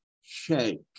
shake